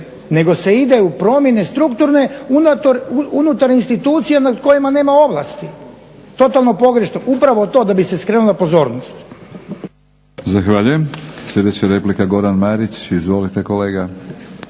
nego se ide u promjene strukturne unutar institucija nad kojima nema ovlasti. Totalno pogrešno. Upravo to da bi se skrenula pozornost.